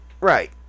right